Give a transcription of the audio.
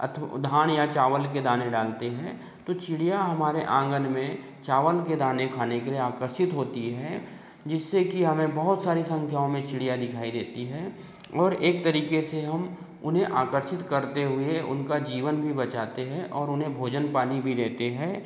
अथ्व धान या चावल के दाने डालते हैं तो चिड़ियाँ हमारे आँगन में चावल के दाने खाने के लिए आकर्षित होती है जिससे कि हमें बहुत सारी संख्याओं में चिड़ियाँ दिखाई देती है और एक तरीके से हम उन्हें आकर्षित करते हुए उनका जीवन भी बचाते हैं और उन्हें भोजन पानी भी देते हैं